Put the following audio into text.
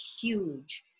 huge